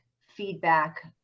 feedback